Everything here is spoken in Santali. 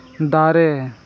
ᱫᱟᱨᱮ